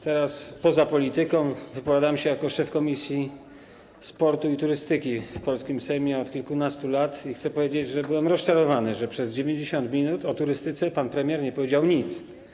Teraz wypowiadam się poza polityką jako szef komisji sportu i turystyki w polskim Sejmie od kilkunastu lat i chcę powiedzieć, że byłem rozczarowany, że przez 90 minut o turystyce pan premier nie powiedział nic.